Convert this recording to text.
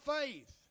faith